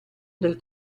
del